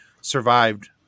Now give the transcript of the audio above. survived